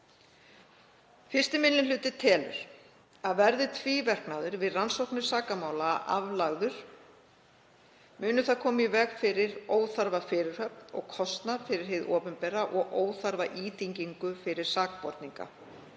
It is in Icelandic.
Fyrsti minni hluti telur að verði tvíverknaður við rannsóknir sakamála aflagður muni það koma í veg fyrir óþarfa fyrirhöfn og kostnað fyrir hið opinbera og óþarfa íþyngingu fyrir sakborninga.